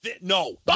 no